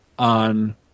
On